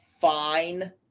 fine